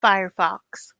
firefox